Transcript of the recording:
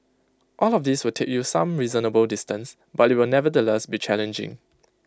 all of these will take you some reasonable distance but IT will nevertheless be challenging